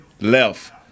left